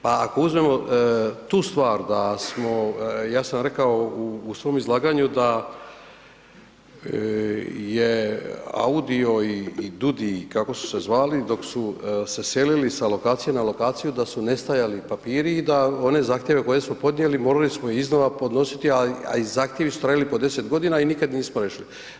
Pa ako uzmemo tu stvar da smo, ja sam rekao u svom izlaganju da je AUDI-o i DUUDI, kako su se zvali dok su se selili s lokacije na lokaciju da su nestajali papiri i da one zahtjeve koje smo podnijeli morali smo iznova podnositi a i zahtjevi su trajali po 10 godina i nikad nismo riješili.